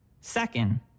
Second